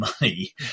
money